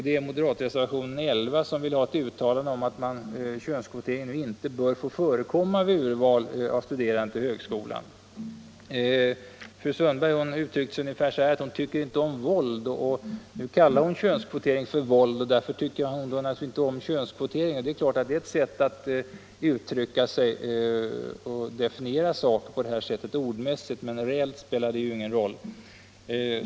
Det är moderatreservationen 11, i vilken begärs ett uttalande om att könskvotering inte bör få förekomma vid urval av studerande till högskolan. Fru Sundberg uttryckte sig ungefär så, att hon tycker inte om våld, och hon kallar könskvotering för våld. Därför tyckte hon alltså inte om könskvotering. Det är naturligtvis ett sätt att definiera saken ordmässigt, men reellt spelar det ingen roll.